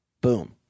Boom